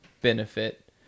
benefit